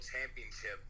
championship